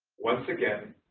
once again,